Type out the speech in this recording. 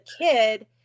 kid